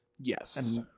yes